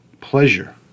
pleasure